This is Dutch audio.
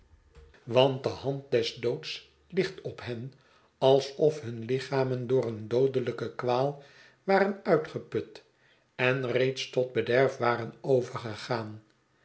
want de hand des doods ligt op hen alsof hun lichamen door een doodelijke kwaal waren uitgeput en reeds tot bederf waren overgegaan